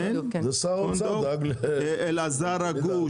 אלעזר הגוש,